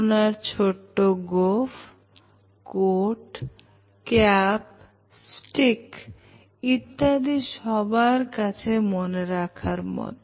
ওনার ছোট্ট গোঁফ coat cap stick ইত্যাদি সবার কাছে মনে রাখার মত